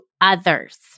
others